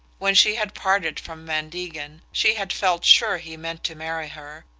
when she had parted from van degen she had felt sure he meant to marry her,